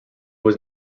was